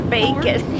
bacon